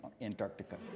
Antarctica